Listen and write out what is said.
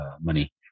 money